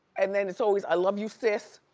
and then it's always, i love you sis,